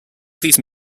these